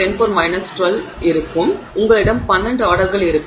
எனவே உங்களிடம் 12 ஆர்டர்கள் இருக்கும்